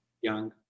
young